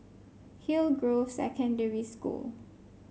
Hillgrove Secondary School